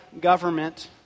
government